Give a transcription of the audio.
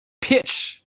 pitch